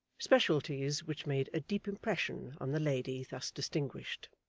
specialities which made a deep impression on the lady thus distinguished.